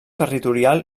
territorial